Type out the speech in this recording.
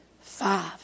Five